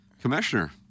commissioner